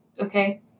Okay